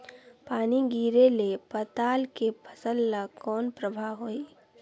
पानी गिरे ले पताल के फसल ल कौन प्रभाव होही?